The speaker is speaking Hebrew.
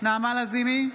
נעמה לזימי,